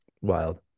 wild